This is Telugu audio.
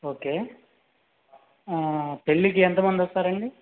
ఓకే పెళ్ళికి ఎంతమంది వస్తారండి